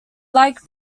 like